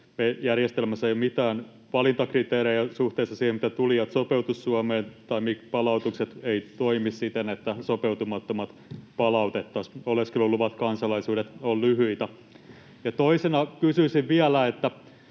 järjestelmässämme ei ole mitään valintakriteerejä suhteessa siihen, miten tulijat sopeutuisivat Suomeen, tai palautukset eivät toimi siten, että sopeutumattomat palautettaisiin. Oleskeluluvat, kansalaisuudet ovat lyhyitä. Ja toisena kysyisin vielä: mikä